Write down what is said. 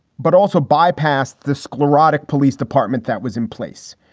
but also bypassed the sclerotic police department that was in place.